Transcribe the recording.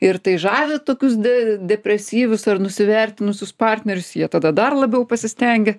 ir tai žavi tokius de depresyvius ar nusivertinusius partnerius jie tada dar labiau pasistengia